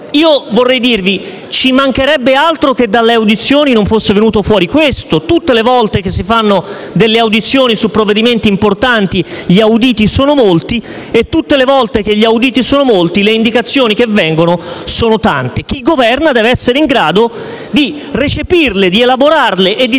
Colleghi, ci mancherebbe altro che dalle audizioni non fosse venuto fuori questo. Tutte le volte che si fanno delle audizioni su provvedimenti importanti gli auditi sono molti, e, tutte le volte che gli auditi sono molti, le indicazioni che vengono sono tante. Chi governa deve essere in grado di recepirle, elaborarle e